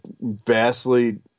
vastly